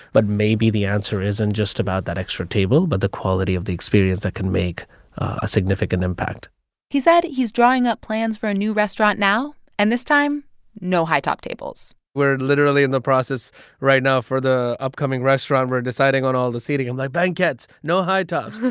but maybe the answer isn't just about about that extra table, but the quality of the experience that can make a significant impact he said he's drawing up plans for a new restaurant now, and this time no high-top tables we're literally in the process right now for the upcoming restaurant. we're deciding on all the seating. i'm like, banquettes no high-tops,